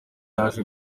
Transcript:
yaje